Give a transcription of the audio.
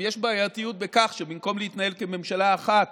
יש בעייתיות בכך שבמקום להתנהל כממשלה אחת